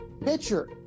pitcher